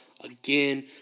again